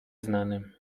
znanym